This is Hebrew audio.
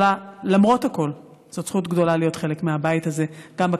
למרות הכול זאת זכות גדולה להיות חלק מהבית הזה כאן,